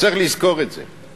צריך לזכור את זה.